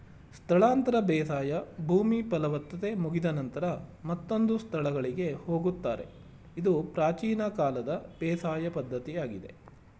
ಸ್ಥಳಾಂತರ ಬೇಸಾಯ ಭೂಮಿ ಫಲವತ್ತತೆ ಮುಗಿದ ನಂತರ ಮತ್ತೊಂದು ಸ್ಥಳಗಳಿಗೆ ಹೋಗುತ್ತಾರೆ ಇದು ಪ್ರಾಚೀನ ಕಾಲದ ಬೇಸಾಯ ಪದ್ಧತಿಯಾಗಿದೆ